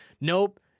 Nope